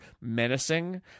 menacing